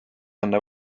enne